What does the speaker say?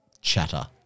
chatter